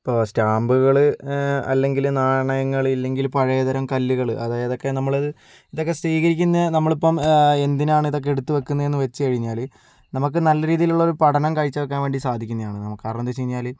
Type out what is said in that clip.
ഇപ്പോൾ സ്റ്റാമ്പുകൾ അല്ലെങ്കിൽ നാണയങ്ങൾ ഇല്ലെങ്കിൽ പഴയതരം കല്ലുകൾ അതായതൊക്കെ നമ്മളത് ഇതൊക്കെ സ്വീകരിക്കുന്ന നമ്മളിപ്പം എന്തിനാണ് ഇതൊക്കെ എടുത്ത് വയ്ക്കുന്നതെന്നു വച്ചു കഴിഞ്ഞാൽ നമുക്ക് നല്ല രീതിയിലുള്ളൊരു പഠനം കാഴ്ചവയ്ക്കാൻ വേണ്ടി സാധിക്കുന്നതാണ് നമുക്ക് കാരണം എന്താണെന്നു വച്ച് കഴിഞ്ഞാൽ